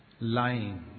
lying